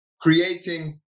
creating